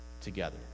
together